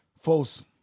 False